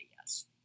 yes